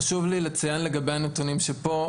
חשוב לי לציין לגבי הנתונים פה,